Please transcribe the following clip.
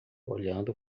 olhando